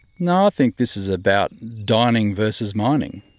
no, i think this is about dining versus mining.